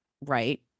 right